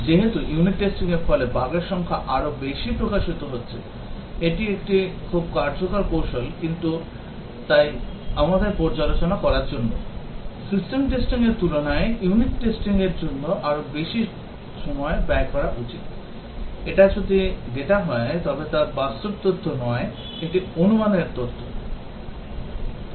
যেহেতু unit testing র ফলে বাগের সংখ্যা আরও বেশি প্রকাশিত হচ্ছে এটি একটি খুব কার্যকর কৌশল এবং তাই আমাদের পর্যালোচনা বলার জন্য সিস্টেম টেস্টিং এর তুলনায় unit testing র জন্য আরও বেশি সময় ব্যয় করা উচিত এটি যদি ডেটা হয় তবে তা বাস্তব তথ্য নয় একটি অনুমানের তথ্য